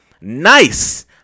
Nice